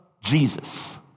Jesus